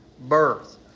birth